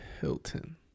hilton